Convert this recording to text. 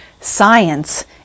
Science